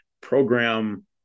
program